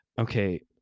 Okay